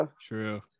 true